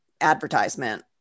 advertisement